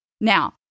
Now